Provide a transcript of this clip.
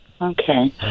Okay